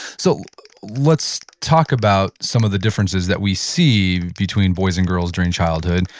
so let's talk about some of the differences that we see between boys and girls during childhood.